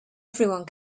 everyone